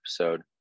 episode